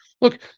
Look